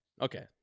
Okay